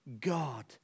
God